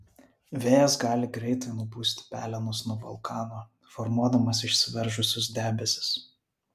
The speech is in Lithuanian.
vėjas gali greitai nupūsti pelenus nuo vulkano formuodamas išsiveržusius debesis